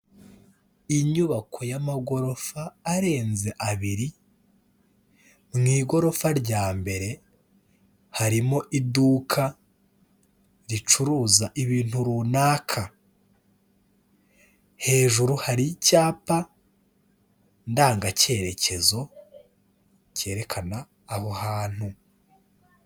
Inyubako y'amagorofa arenze abiri, mu igorofa rya mbere harimo iduka ricuruza ibintu runaka, hejuru hari icyapa ndangacyerekezo cyerekana aho hantu.